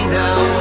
now